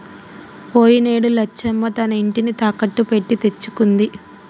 పోయినేడు లచ్చమ్మ తన ఇంటిని తాకట్టు పెట్టి తెచ్చుకుంది